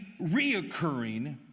reoccurring